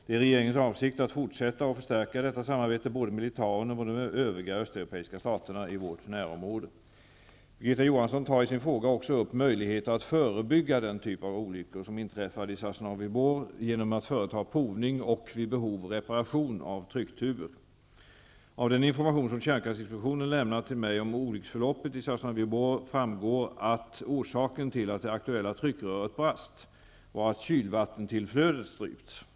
Det är regeringens avsikt att fortsätta och förstärka detta samarbete, både med Litauen och med de övriga östeuropeiska staterna i vårt närområde. Birgitta Johansson tar i sin fråga också upp möjligheter att förebygga den typ av olyckor som inträffade i Sosnovyj Bor genom att företa provning och, vid behov, reparation av trycktuber. Av den information som kärnkraftinspektionen lämnat till mig om olycksförloppet i Sosnovyj Bor framgår det att orsaken till att det aktuella tryckröret brast var att kylvattentillflödet strypts.